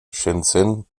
shenzhen